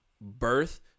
birth